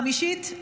חמישית,